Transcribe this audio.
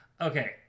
Okay